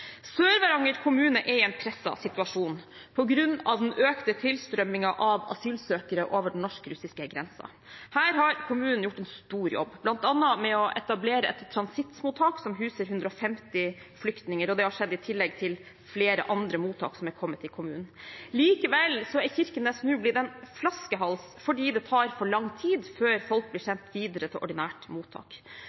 kommune er i en presset situasjon på grunn av den økte tilstrømmingen av asylsøkere over den norsk-russiske grensen. Her har kommunen gjort en stor jobb, bl.a. med å etablere et transittmottak som huser 150 flyktninger, og det har skjedd i tillegg til flere andre mottak som er kommet i kommunen. Likevel er Kirkenes nå blitt en flaskehals fordi det tar for lang tid før folk blir sendt videre til ordinært mottak.